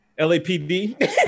LAPD